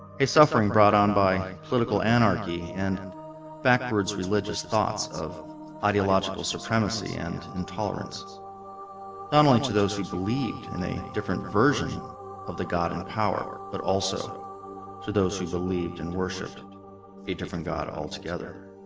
a suffering brought on by political anarchy and and backwards religious thoughts of ideological supremacy and intolerance not only to those who believed in a different version of the god and power, but also to those who believed and worshipped a different god altogether